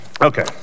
Okay